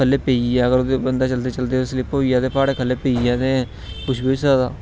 खल्ले पेई जाए अगर बंदा चलदा चलदा स्लिप होई जाए ते प्हाडे़ं खल्ले पेई जा ते कुछ बी होई सकदा